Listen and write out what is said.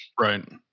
right